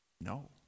No